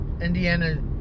Indiana